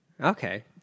Okay